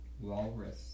Walrus